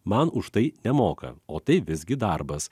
man už tai nemoka o tai visgi darbas